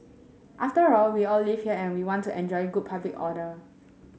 after all we all live here and we want to enjoy good public order